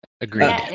agreed